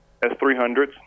S300s